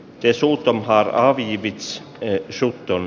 tiesulut on harhaa piipits erkki sutton